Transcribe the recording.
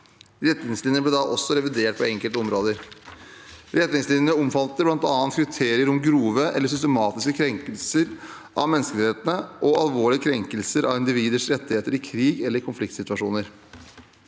Retningslinjene ble da også revidert på enkelte områder. Retningslinjene omfatter bl.a. kriterier om grove eller systematiske krenkelser av menneskerettighetene og alvorlige krenkelser av individers rettigheter i krig eller konfliktsituasjoner.